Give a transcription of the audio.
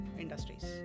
industries